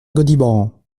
gaudiband